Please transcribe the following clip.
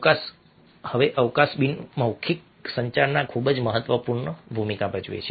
અવકાશ હવે અવકાશ બિનમૌખિક સંચારમાં ખૂબ જ મહત્વપૂર્ણ ભૂમિકા ભજવે છે